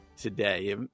today